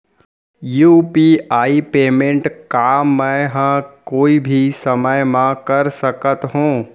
UPI payment का मैं ह कोई भी समय म कर सकत हो?